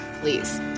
Please